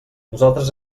nosaltres